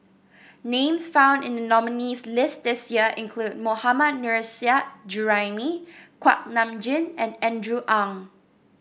names found in the nominees' list this year include Mohammad Nurrasyid Juraimi Kuak Nam Jin and Andrew Ang